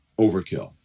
overkill